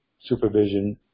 supervision